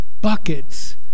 Buckets